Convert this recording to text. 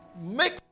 make